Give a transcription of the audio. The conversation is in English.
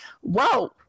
whoa